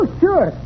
sure